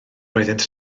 oeddynt